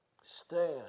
Stand